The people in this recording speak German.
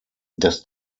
das